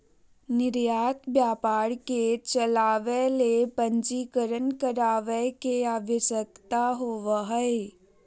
निर्यात व्यापार के चलावय ले पंजीकरण करावय के आवश्यकता होबो हइ